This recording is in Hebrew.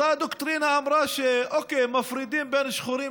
אותה דוקטרינה אמרה שמפרידים בין שחורים